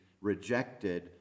rejected